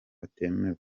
atemewe